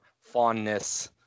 fondness